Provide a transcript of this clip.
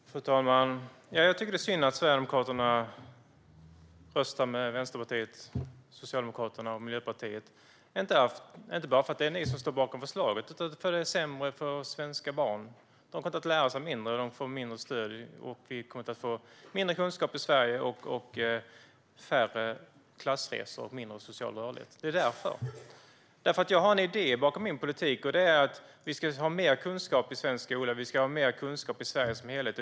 Fru talman! Jag tycker att det är synd att Sverigedemokraterna röstar med Vänsterpartiet, Socialdemokraterna och Miljöpartiet. Det gör jag inte bara för att det är just ni som står bakom förslaget utan för att detta försämrar för svenska barn. De får lära sig mindre, får mindre stöd och kommer att få mindre kunskap, och de kommer att kunna göra färre klassresor. Den sociala rörligheten blir mindre. Det är anledningen. Jag har nämligen en idé bakom min politik. Vi ska ha mer kunskap i svensk skola och i Sverige som helhet.